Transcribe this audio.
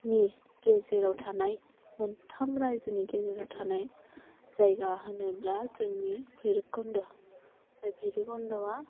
गेजेराव थानाय मोनथाम रायजोनि गेजेराव थानाय जायगा होनोब्ला जोंनि भैराबकुन्द भैरबकुन्दआ